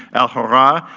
alhurra,